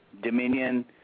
Dominion